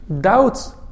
doubts